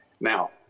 Now